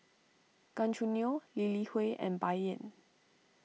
Gan Choo Neo Lee Li Hui and Bai Yan